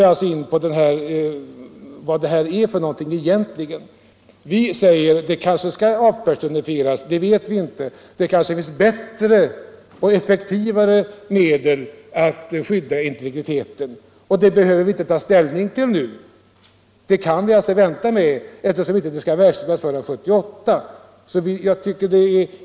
Vi har då kanske ett bättre underlag för en diskussion. Det är möjligt att registret bör avpersonifieras — det vet jag inte. Det kanske finns bättre och effektivare medel att skydda integriteten, men det behöver vi inte ta ställning till nu. Vi kan vänta med det beslutet eftersom det inte skall verkställas förrän 1978.